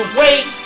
wait